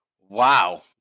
wow